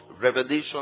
revelation